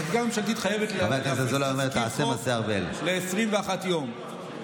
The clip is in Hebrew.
החקיקה הממשלתית חייבת להפקיד חוק ל-21 יום,